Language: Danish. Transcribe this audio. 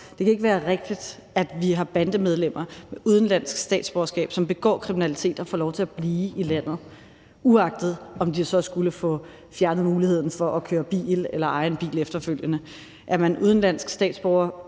Det kan ikke være rigtigt, at vi har bandemedlemmer med udenlandsk statsborgerskab, som begår kriminalitet, der får lov til at blive i landet, uagtet om de så skulle få fjernet muligheden for at køre bil eller eje en bil efterfølgende. Er man udenlandsk statsborger,